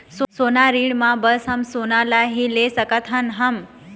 सोना ऋण मा बस सोना ला ही ले सकत हन हम?